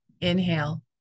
inhale